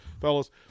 fellas